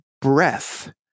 breath